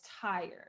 tired